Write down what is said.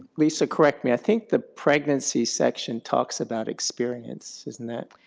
lisa, correct me, i think the pregnancy section talks about experience, isn't that?